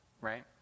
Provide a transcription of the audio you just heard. right